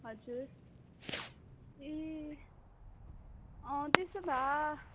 हजुर ए अँ त्यसो भए